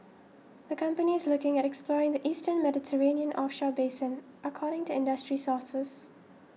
the company is looking at exploring the eastern Mediterranean offshore basin according to industry sources